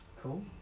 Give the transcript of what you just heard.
Cool